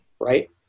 right